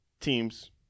teams